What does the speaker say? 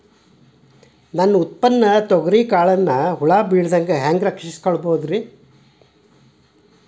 ನನ್ನ ಉತ್ಪನ್ನವಾದ ತೊಗರಿಯ ಕಾಳುಗಳನ್ನ ಹುಳ ಬೇಳದಂತೆ ಹ್ಯಾಂಗ ರಕ್ಷಿಸಿಕೊಳ್ಳಬಹುದರೇ?